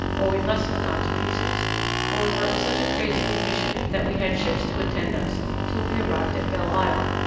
or we must have gone to pieces for we were in such a crazy condition that we had ships to attend us till we arrived at belle-isle,